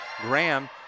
Graham